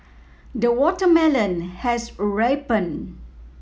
the watermelon has ripened